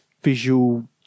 visual